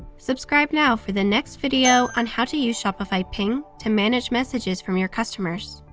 subscribe now for the next video on how to use shopify ping to manage messages from your customers.